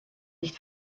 nicht